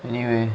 anyway